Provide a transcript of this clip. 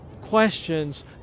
questions